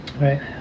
Right